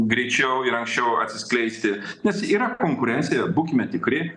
greičiau ir anksčiau atsiskleisti nes yra konkurencija būkime tikri